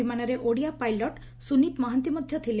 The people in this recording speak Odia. ବିମାନରେ ଓଡ଼ିଆ ପାଇଲଟ ସୁନୀତ୍ ମହାନ୍ତି ମଧ୍ଧ ଥିଲେ